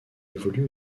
évolue